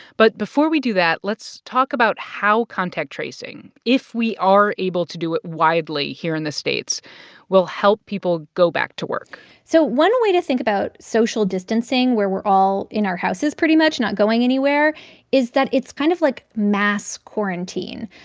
but before we do that, let's talk about how contact tracing if we are able to do it widely here in the states will help people go back to work so one way to think about social distancing, where we're all in our houses, pretty much not going anywhere is that it's kind of like mass quarantine.